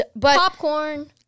Popcorn